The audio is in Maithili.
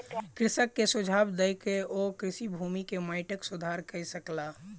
कृषक के सुझाव दय के ओ कृषि भूमि के माइटक सुधार कय सकला